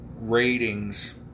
ratings